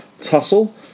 Tussle